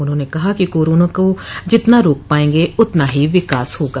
उन्होंने कहा कि कोरोना को जितना रोक पायेंगे उतना ही विकास होगा